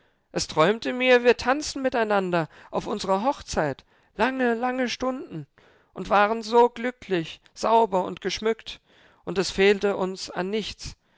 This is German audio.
es träumte mir wir tanzten miteinander auf unserer hochzeit lange lange stunden und waren so glücklich sauber geschmückt und es fehlte uns an nichts